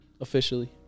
Officially